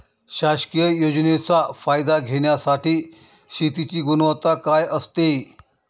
शासकीय योजनेचा फायदा घेण्यासाठी शेतीची गुणवत्ता काय असते?